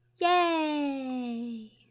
Yay